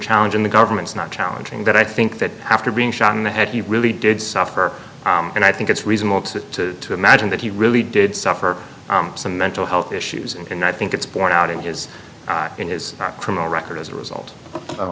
challenge in the government's not challenging but i think that after being shot in the head he really did suffer and i think it's reasonable to imagine that he really did suffer some mental health issues and i think it's borne out in his in his criminal record as a result